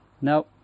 No